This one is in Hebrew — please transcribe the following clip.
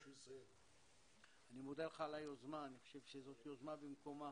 אני חושב שזו יוזמה במקומה.